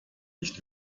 nicht